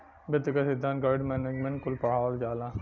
वित्त क सिद्धान्त, गणित, मैनेजमेंट कुल पढ़ावल जाला